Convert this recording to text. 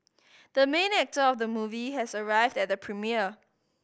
the main actor of the movie has arrived at the premiere